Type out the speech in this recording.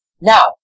Now